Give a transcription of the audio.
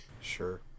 Sure